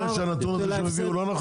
אתה אומר שהנתון הזה שהם הביאו הוא לא נכון?